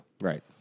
Right